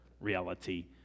reality